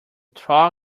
thaw